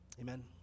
Amen